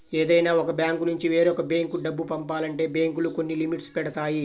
ఏదైనా ఒక బ్యాంకునుంచి వేరొక బ్యేంకు డబ్బు పంపాలంటే బ్యేంకులు కొన్ని లిమిట్స్ పెడతాయి